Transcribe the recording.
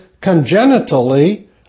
congenitally